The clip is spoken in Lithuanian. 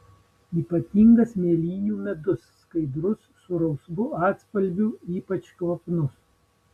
ypatingas mėlynių medus skaidrus su rausvu atspalviu ypač kvapnus